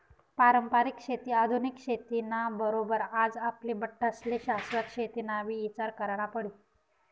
पारंपरिक शेती आधुनिक शेती ना बरोबर आज आपले बठ्ठास्ले शाश्वत शेतीनाबी ईचार करना पडी